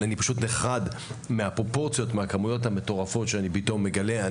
אבל אני פשוט נחרד מהכמויות המטורפות שאני פתאום מגלה.